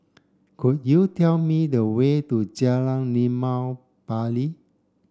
could you tell me the way to Jalan Limau Bali